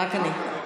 רק אני.